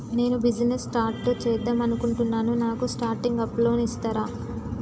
నేను business start చేద్దామనుకుంటున్నాను నాకు స్టార్టింగ్ అప్ లోన్ ఇస్తారా?